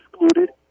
excluded